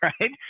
right